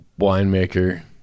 winemaker